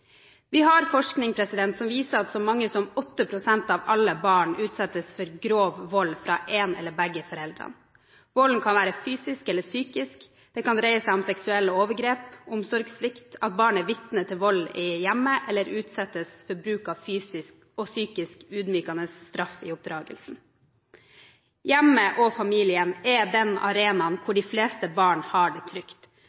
Vi har forskning som viser at så mange som 8 pst. av alle barn utsettes for grov vold fra én av eller begge foreldrene. Volden kan være fysisk eller psykisk. Det kan dreie seg om seksuelle overgrep, omsorgssvikt, at barn er vitne til vold i hjemmet, eller at de utsettes for bruk av fysisk og psykisk ydmykende straff i oppdragelsen. Hjemmet og familien er den arenaen